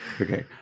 Okay